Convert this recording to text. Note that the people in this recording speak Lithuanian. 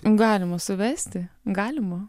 galima suvesti galima